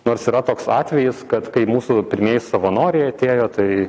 nors yra toks atvejis kad kai mūsų pirmieji savanoriai atėjo tai